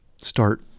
start